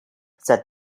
said